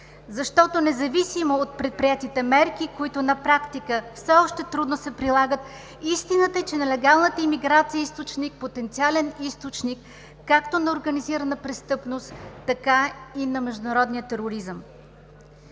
защото, независимо от предприетите мерки, които на практика все още трудно се прилагат, истината е, че нелегалната имиграция е потенциален източник както на организирана престъпност, така и на международния тероризъм.